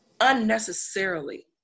unnecessarily